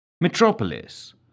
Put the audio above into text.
Metropolis